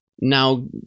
Now